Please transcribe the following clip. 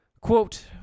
quote